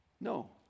No